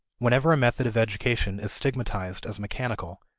whenever a method of education is stigmatized as mechanical,